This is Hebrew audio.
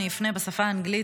אני אפנה בשפה האנגלית,